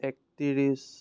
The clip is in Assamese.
একত্ৰিছ